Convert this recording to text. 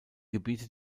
gebiete